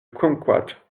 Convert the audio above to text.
kumquat